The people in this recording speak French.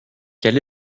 quel